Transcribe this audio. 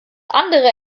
andere